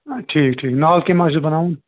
ٹھیٖک ٹھیٖک نال کَمہِ آیہِ چھُس بَناوُن